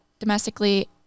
domestically